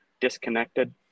disconnected